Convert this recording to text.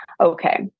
okay